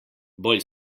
bolj